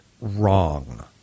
wrong